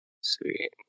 Sweet